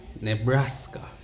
Nebraska